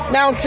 Now